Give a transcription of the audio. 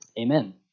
Amen